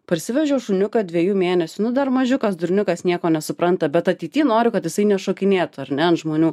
parsivežiau šuniuką dviejų mėnesių nu dar mažiukas durniukas nieko nesupranta bet ateity noriu kad jisai nešokinėtų ar ne ant žmonių